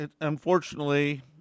unfortunately –